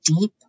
deep